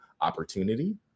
opportunity